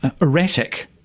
erratic